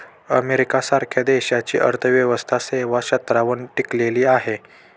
America सारख्या देशाची अर्थव्यवस्था सेवा क्षेत्रावर टिकलेली आहे